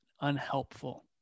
unhelpful